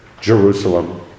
Jerusalem